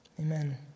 Amen